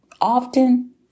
Often